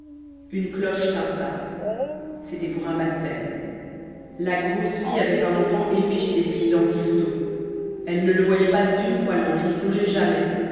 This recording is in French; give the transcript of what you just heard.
une cloche tinta c'était pour un baptême la grosse fille avait un enfant élevé chez des paysans d'yvetot elle ne le voyait pas une fois l'an et n'y songeait jamais